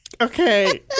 Okay